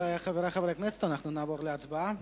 חברי חברי הכנסת, אנחנו נעבור להצבעה.